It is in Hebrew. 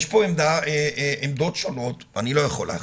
יש פה עמדות שונות, אני לא יכול להחליט.